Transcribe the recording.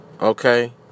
Okay